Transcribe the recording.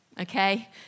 Okay